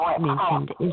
mentioned